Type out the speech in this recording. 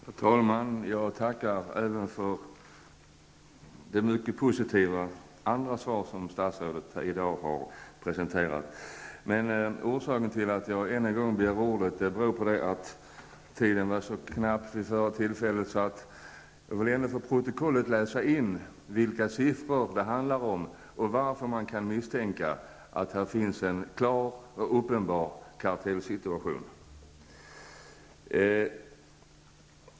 Herr talman! Jag tackar för det mycket positiva kompletterande svar som statsrådet har gett här i dag. Orsaken till att jag ännu en gång har begärt ordet är att tiden var alltför knapp nyss. Jag vill till protokollet läsa in vilka siffror det handlar om och tala om varför man kan misstänka att det här finns en klar och uppenbar kartellsituation.